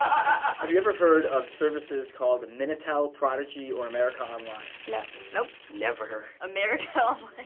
have you ever heard of services called minitel, prodigy, or america online? no. nope. never. america